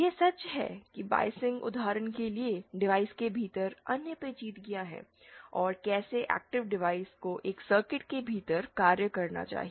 यह सच है कि बायसिंग उदाहरण के लिए डिवाइस के भीतर अन्य पेचीदगियां हैं और कैसे एक्टीव डिवाइस को एक सर्किट के भीतर कार्य करना चाहिए